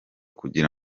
kugira